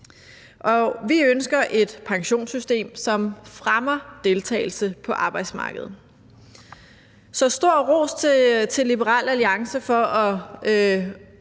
Vi ønsker et pensionssystem, som fremmer deltagelse på arbejdsmarkedet. Så stor ros til Liberal Alliance for at